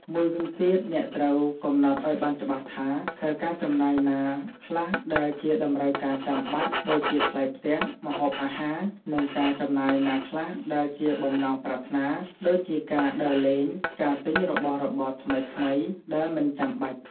មួយវិញទៀត អ្នកត្រូវកំណត់ឱ្យបានច្បាស់ថា តើការចំណាយណាខ្លះដែលជាតម្រូវការចាំបាច់ ដូចជាថ្លៃផ្ទះ ម្ហូបអាហារ និងការចំណាយណាខ្លះដែលជាបំណងប្រាថ្នា ដូចជាការដើរលេង ការទិញរបស់របរថ្មីៗដែលមិនចាំបាច់។